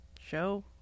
show